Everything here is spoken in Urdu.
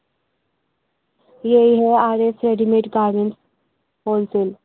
یہی ہے R S ready made garments whole cell